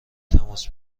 تماس